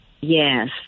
Yes